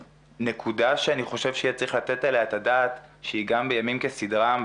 נקודה שאני חושב שצריך לתת עליה את הדעת שגם בימים כסדרם,